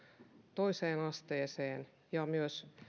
toiseen asteeseen ja myös